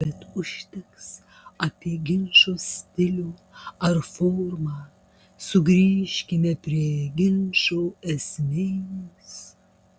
bet užteks apie ginčo stilių ar formą sugrįžkime prie ginčo esmės